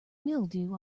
mildew